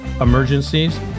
emergencies